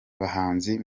bahanzi